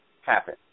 happen